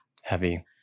Heavy